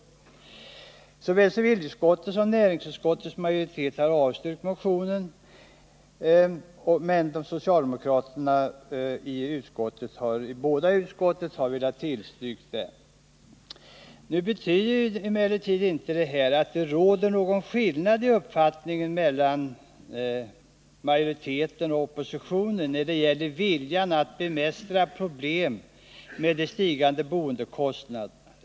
Såväl civilutskottets som näringsutskottets majoritet har avstyrkt, medan de socialdemokratiska ledamöterna i båda utskotten vill tillstyrka. Detta betyder emellertid inte att det råder någon skillnad mellan majoriteten och oppositionen när det gäller viljan att bemästra problemen med de stigande boendekostnaderna.